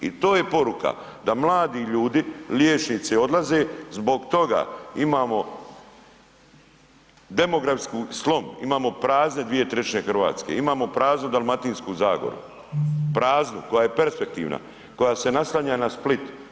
I to je poruka da mladi ljudi liječnici odlaze i zbog toga imamo demografski slom, imamo prazne dvije trećine Hrvatske, imamo praznu Dalmatinsku zagoru, praznu koja je perspektivna, koja se naslanja na Split.